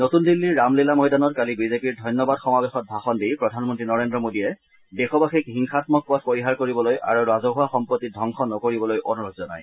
নতুন দিল্লীৰ ৰামলীলা ময়দানত কালি বিজেপিৰ ধন্যবাদ সমাৱেশত ভাষণ দি প্ৰধানমন্ত্ৰী নৰেন্দ্ৰ মোদীয়ে দেশবাসীক হিংসাম্মক পথ পৰিহাৰ কৰিবলৈ আৰু ৰাজহুৱা সম্পত্তি ধবংস নকৰিবলৈ অনুৰোধ জনায়